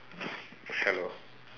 hello